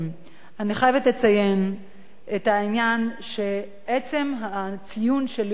אני חייבת לציין את העניין שעצם הציון של יום הנכבה